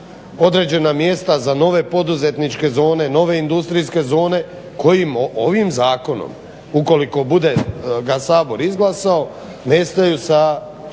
određena mjesta za nove poduzetničke zone, nove industrijske zone koje im ovim zakonom, ukoliko bude ga Sabor izglasao, nestaju sa